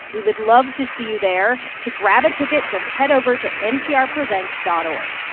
we would love to see you there. to grab a ticket, just head over to nprpresents dot org.